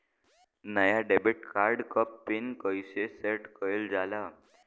नया debit card क PIN कईसे सेट कईल जाला?